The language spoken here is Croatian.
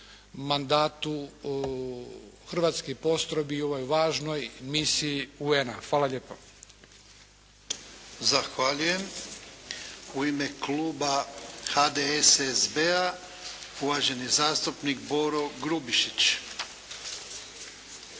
mandatu hrvatskih postrojbi u ovoj važnoj misiji UN-a. Hvala lijepo. **Jarnjak, Ivan (HDZ)** Zahvaljujem. U ime kluba HDSSB-a, uvaženi zastupnik Boro Grubišić.